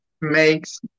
makes